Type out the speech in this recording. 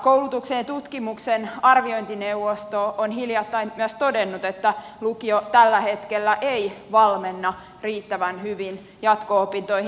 koulutuksen ja tutkimuksen arviointineuvosto on hiljattain myös todennut että lukio tällä hetkellä ei valmenna riittävän hyvin jatko opintoihin